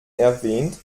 erwähnt